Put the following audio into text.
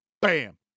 Bam